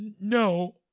No